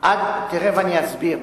תיכף אני אסביר.